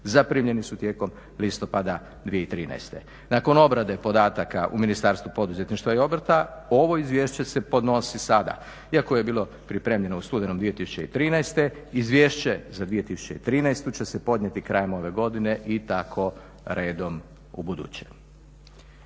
zaprimljeni su tijekom listopada 2013. Nakon obrade podataka u Ministarstvu poduzetništva i obrta ovo izvješće se podnosi sada iako je bilo pripremljeno u studenom 2013., izvješće za 2013. će se podnijeti krajem ove godine i tako redom ubuduće.